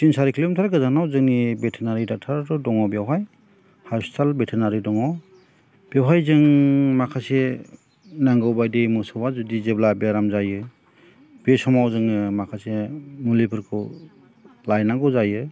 तिन सारि किल'मिटार गोजानाव जोंनि भेट्रेनारि ड'क्टरफोर दं बहाय हसपिटाल भेट्रेनारि दङ बेवहाय जों माखासे नांगौ बायदि मोसौआ जुदि जेब्ला बेराम जायो बे समाव जोङो माखासे मुलिफोरखौ लायनांगौ जायो